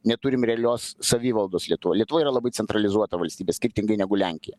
neturim realios savivaldos lietuvoj lietuva yra labai centralizuota valstybė skirtingai negu lenkija